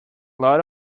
lot